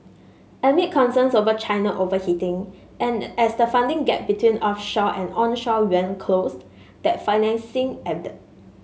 amid concerns over China overheating and as the funding gap between offshore and onshore yuan closed that financing ebbed